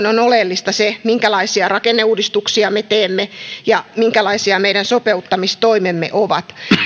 on oleellista se minkälaisia rakenneuudistuksia me teemme ja minkälaisia meidän sopeuttamistoimemme ovat